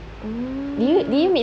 mm